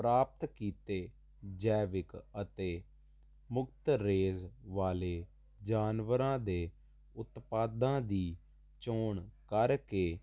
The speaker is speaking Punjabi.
ਪ੍ਰਾਪਤ ਕੀਤੇ ਜੈਵਿਕ ਅਤੇ ਮੁਕਤ ਰੇਜ਼ ਵਾਲੇ ਜਾਨਵਰਾਂ ਦੇ ਉਤਪਾਦਾਂ ਦੀ ਚੋਣ ਕਰਕੇ